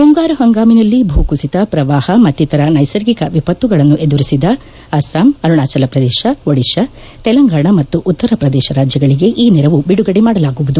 ಮುಂಗಾರು ಹಂಗಾಮಿನಲ್ಲಿ ಭೂಕುಸಿತ ಪ್ರವಾಹ ಮತ್ತಿತರ ನೈಸರ್ಗಿಕ ವಿಪತ್ತುಗಳನ್ನು ಎದುರಿಸಿದ ಅಸ್ಪಾಂ ಅರುಣಾಚಲ ಪ್ರದೇಶ ಒಡಿಶಾ ತೆಲಂಗಾಣ ಮತ್ತು ಉತ್ತರ ಪ್ರದೇಶ ರಾಜ್ಯಗಳಿಗೆ ಈ ನೆರವು ಬಿಡುಗಡೆ ಮಾಡಲಾಗುವುದು